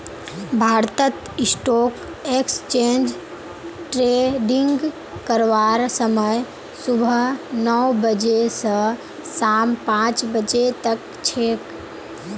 भारतत stock exchange trading करवार समय सुबह नौ बजे स शाम पांच बजे तक छेक